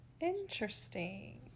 Interesting